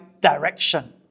direction